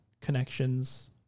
connections